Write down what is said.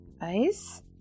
ice